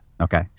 okay